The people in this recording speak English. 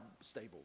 stable